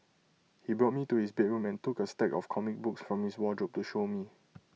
he brought me to his bedroom and took A stack of comic books from his wardrobe to show me